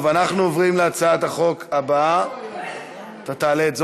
אנחנו עוברים עכשיו להצעת חוק הרשויות המקומיות (בחירות) (תיקון מס'